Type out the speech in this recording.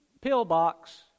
pillbox